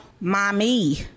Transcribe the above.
mommy